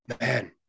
Man